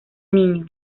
niño